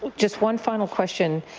just one final question,